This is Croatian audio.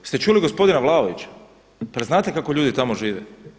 Jeste čuli gospodina Vlaovića, pa jel znate kako ljudi tamo žive.